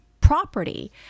property